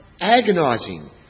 agonising